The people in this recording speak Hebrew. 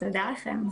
תודה לכם.